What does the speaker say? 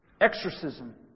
exorcism